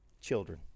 children